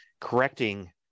correcting